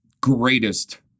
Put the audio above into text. greatest